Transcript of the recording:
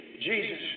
Jesus